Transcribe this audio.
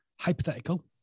hypothetical